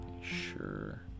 sure